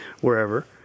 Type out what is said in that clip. wherever